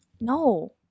No